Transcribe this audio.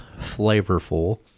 flavorful